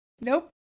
Nope